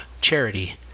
charity